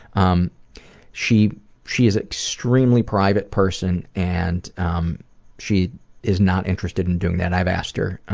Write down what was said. um she she is extremely private person and um she is not interested in doing that, i've asked her,